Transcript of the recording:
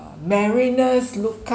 uh mariners lookout